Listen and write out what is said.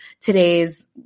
today's